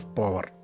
power